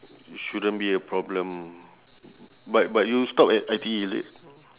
shouldn't be a problem but but you stop at I_T_E is it